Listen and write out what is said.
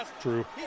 True